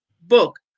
book